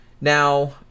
Now